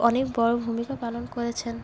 অনেক বড় ভূমিকা পালন করেছেন